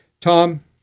Tom